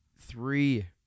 three